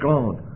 God